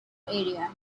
area